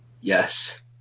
Yes